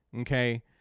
Okay